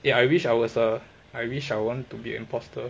eh I wish I was a I wish I want to be imposter